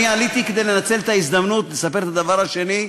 אני עליתי כדי לנצל את ההזדמנות לספר את הדבר השני.